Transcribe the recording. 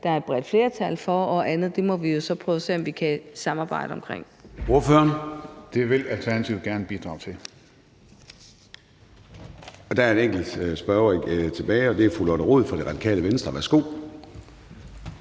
der er et bredt flertal for, og andet må vi jo så prøve at se om vi kan samarbejde om.